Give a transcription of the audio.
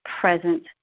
present